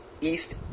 East